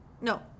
no